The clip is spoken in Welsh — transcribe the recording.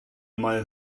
mae